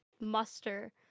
muster